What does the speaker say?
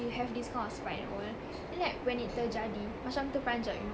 have this kind of spike and all then like when it terjadi macam terperanjat you know